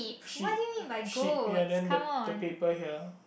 sheep sheep ya then the the paper here